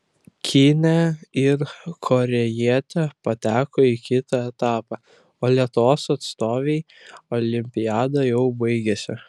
kinė ir korėjietė pateko į kitą etapą o lietuvos atstovei olimpiada jau baigėsi